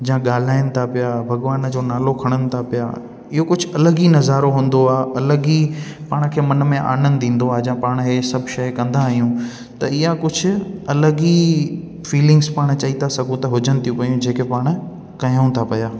जां ॻाल्हाइनि था पिया भॻवान जो नालो खणनि था पिया इहो कुझु अलॻि ही नज़ारो हूंदो आहे अलॻि ई पाण खे मन में आनंद ईंदो आहे जा पाण हीउ सभु शइ कंदा आहियूं त हीअ कुझु अलॻि ई फीलिंग्स पाण चई था सघूं त हुजनि थी पियूं जेके पाण कयूं था पया